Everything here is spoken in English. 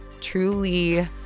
truly